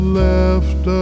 left